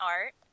art